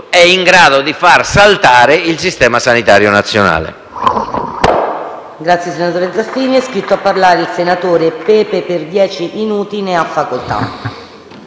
è in grado di far saltare il Sistema sanitario nazionale.